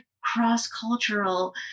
cross-cultural